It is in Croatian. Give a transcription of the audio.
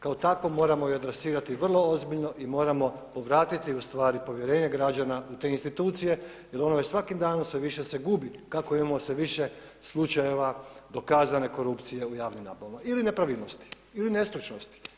Kao takvo moramo ju … vrlo ozbiljno i moramo povratiti ustvari povjerenje građana u te institucije jer ono je svakim danom sve više se gubi kako imamo sve više slučajeva dokazane korupcije u javnim nabavama ili nepravilnosti ili nestručnosti.